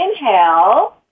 inhale